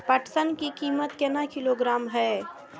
पटसन की कीमत केना किलोग्राम हय?